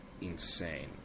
insane